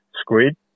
squid